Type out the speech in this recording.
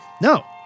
no